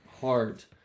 heart